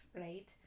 right